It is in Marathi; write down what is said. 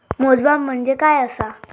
मोजमाप म्हणजे काय असा?